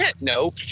No